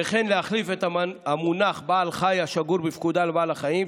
וכן להחליף את המונח "בעל חי" השגור בפקודה ל"בעל חיים",